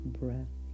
breath